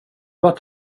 vart